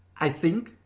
i think,